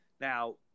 Now